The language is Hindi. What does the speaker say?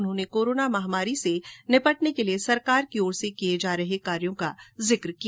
उन्होंने कोरोना महामारी से निपटने के लिये सरकार की ओर से किये जा रहे कार्यों का जिक किया